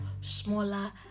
smaller